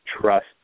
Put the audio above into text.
trust